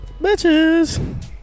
bitches